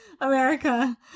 america